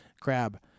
Crab